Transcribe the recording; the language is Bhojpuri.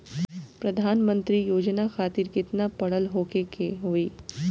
प्रधानमंत्री योजना खातिर केतना पढ़ल होखे के होई?